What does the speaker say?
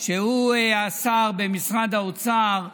שהוא השר במשרד האוצר,